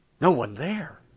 no one there!